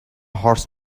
horse